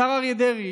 השר אריה דרעי